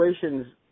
situations